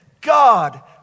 God